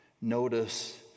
notice